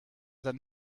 than